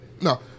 No